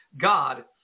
God